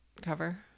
cover